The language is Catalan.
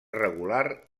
regular